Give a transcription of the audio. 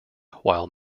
while